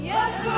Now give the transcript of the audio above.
Yes